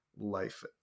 life